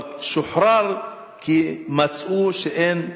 אבל הוא שוחרר כי מצאו שאין,